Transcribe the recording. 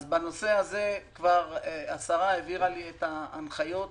בנושא הזה השרה העבירה לי כבר את ההנחיות,